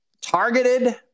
Targeted